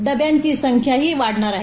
डब्यांची संख्याही वाढणार आहे